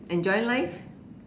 enjoying life